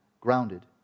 grounded